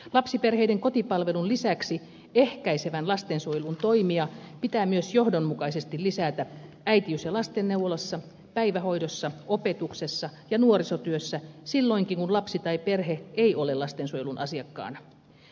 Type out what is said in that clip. lapsiperheiden kotipalvelun lisäksi ehkäisevän lastensuojelun toimia pitää myös johdonmukaisesti lisätä äitiys ja lastenneuvolassa päivähoidossa opetuksessa ja nuorisotyössä silloinkin kun lapsi tai perhe ei ole lastensuojelun asiakkaana